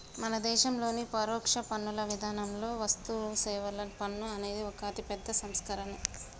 మన దేశంలోని పరోక్ష పన్నుల విధానంలో వస్తుసేవల పన్ను అనేది ఒక అతిపెద్ద సంస్కరనే